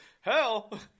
hell